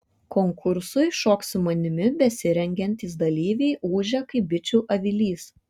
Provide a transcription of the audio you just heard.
konkursui šok su manimi besirengiantys dalyviai ūžia kaip bičių avilys